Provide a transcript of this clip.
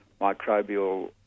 microbial